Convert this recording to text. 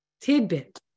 tidbit